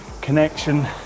connection